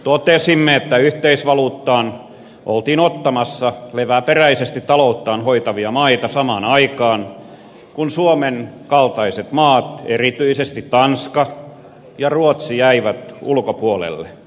totesimme että yhteisvaluuttaan oltiin ottamassa leväperäisesti talouttaan hoitavia maita samaan aikaan kun suomen kaltaiset maat erityisesti tanska ja ruotsi jäivät ulkopuolelle